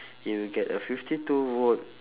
if you get a fifty two volt